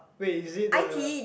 wait is it the